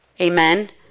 Amen